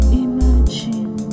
imagine